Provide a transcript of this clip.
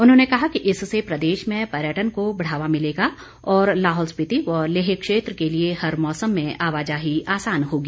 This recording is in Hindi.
उन्होंने कहा कि इससे प्रदेश में पर्यटन को बढ़ावा मिलेगा और लाहौल स्पिति व लेह क्षेत्र के लिए हर मौसम में आवाजाही आसान होगी